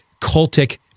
cultic